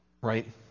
right